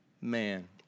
man